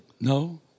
no